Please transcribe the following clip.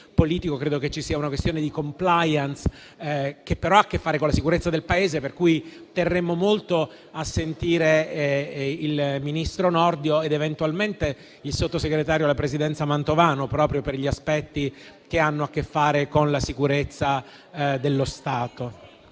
politico, credo che ci sia una questione di *compliance*, che però ha a che fare con la sicurezza del Paese. Per cui terremmo molto a sentire il ministro Nordio ed eventualmente il sottosegretario alla Presidenza Mantovano, proprio per gli aspetti che hanno a che fare con la sicurezza dello Stato.